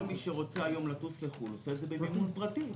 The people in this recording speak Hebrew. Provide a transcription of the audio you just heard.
כל מי שרוצה היום לטוס לחו"ל עושה את זה במימון פרטי.